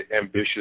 ambitious